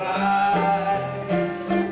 by the